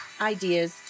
ideas